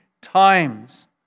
times